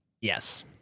Yes